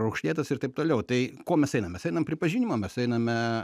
raukšlėtas ir taip toliau tai ko mes einam mes einam pripažinimo mes einame